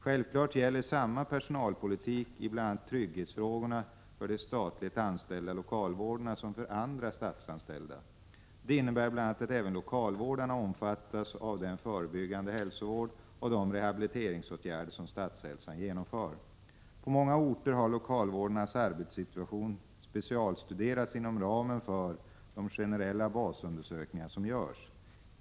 Självfallet gäller samma personalpolitik i bl.a. trygghetsfrågorna för de statligt anställda lokalvårdarna som för andra statsanställda. Det innebär bl.a. att även lokalvårdarna omfattas av den förebyggande hälsovård och de rehabiliteringsåtgärder som Statshälsan genomför. På många orter har lokalvårdarnas arbetssituation specialstuderats inom ramen för de generella basundersökningar som görs.